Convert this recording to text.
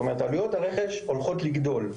זאת אומרת, עלויות הרכש הולכות לגדול.